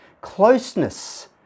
closeness